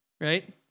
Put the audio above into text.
right